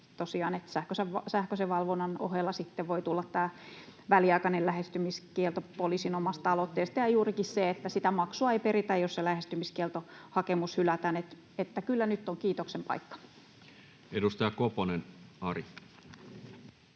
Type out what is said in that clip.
sähköisen valvonnan ohella sitten voi tulla tämä väliaikainen lähestymiskielto poliisin omasta aloitteesta ja juurikin se, että sitä maksua ei peritä, jos lähestymiskieltohakemus hylätään. Eli kyllä nyt on kiitoksen paikka. [Speech 480]